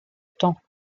temps